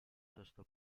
sesto